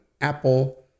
Apple